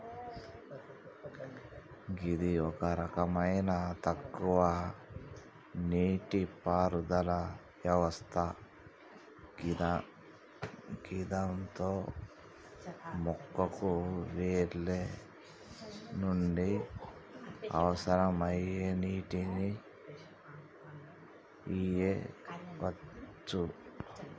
గిది ఒక రకమైన తక్కువ నీటిపారుదల వ్యవస్థ గిదాంతో మొక్కకు వేర్ల నుండి అవసరమయ్యే నీటిని ఇయ్యవచ్చు